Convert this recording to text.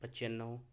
پنچانوے